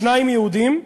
שניים יהודים,